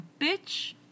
Bitch